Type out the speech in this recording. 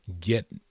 get